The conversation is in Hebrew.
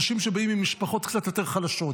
יש אנשים שבאים ממשפחות קצת יותר חלשות,